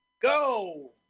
Go